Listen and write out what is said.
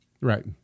Right